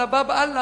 עלא-באב-אללה,